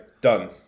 Done